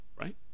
right